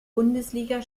bundesliga